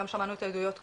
גם שמענו את העדויות קודם,